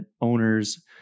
owners